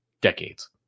decades